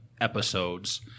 episodes